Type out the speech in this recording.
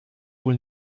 wohl